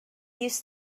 used